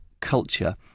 culture